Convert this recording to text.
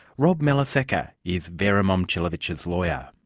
rob melasecca is vera momcilovic's lawyer.